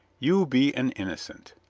you be an innocent.